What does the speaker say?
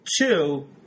Two